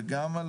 גם על